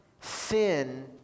sin